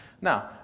now